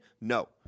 No